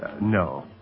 No